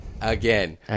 Again